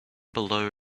below